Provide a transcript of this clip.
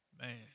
Man